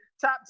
top